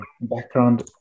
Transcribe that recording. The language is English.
background